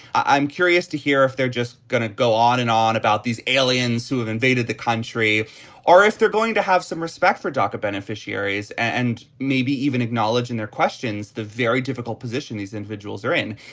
i'm curious to hear if they're just going to go on and on about these aliens who've invaded the country or if they're going to have some respect for daca beneficiaries and maybe even acknowledge in their questions the very difficult position these individuals are in.